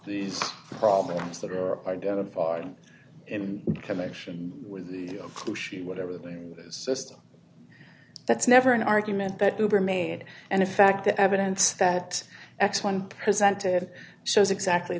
these problems that are identified in connection with the clue she whatever the system that's never an argument that goober made and in fact the evidence that x one presented shows exactly